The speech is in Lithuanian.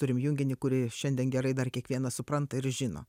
turim junginį kurį šiandien gerai dar kiekvienas supranta ir žino